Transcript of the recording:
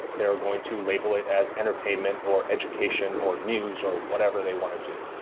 they are going to label it as entertainment, or education, or news, or whatever they want to do.